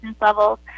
levels